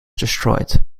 destroyed